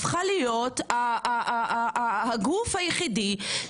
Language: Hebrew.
הפכה להיות הגוף היחידי?